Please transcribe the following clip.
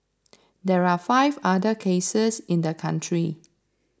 there are five other cases in the country